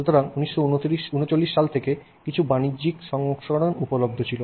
সুতরাং 1939 সাল থেকে কিছু বাণিজ্যিক সংস্করণ উপলব্ধ ছিল